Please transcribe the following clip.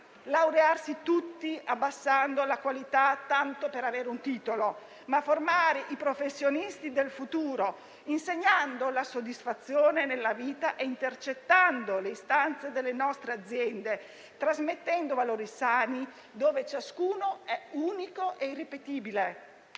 laureare tutti abbassando la qualità, tanto per avere un titolo, bensì formare i professionisti del futuro, insegnando la soddisfazione nella vita e intercettando le istanze delle nostre aziende e trasmettendo valori sani, tali per cui dove ciascuno è unico e irripetibile.